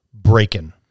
breaking